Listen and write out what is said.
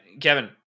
Kevin